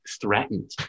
threatened